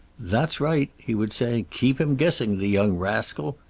that's right, he would say. keep him guessing, the young rascal.